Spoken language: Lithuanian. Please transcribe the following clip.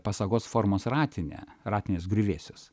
pasagos formos ratinę ratinės griuvėsius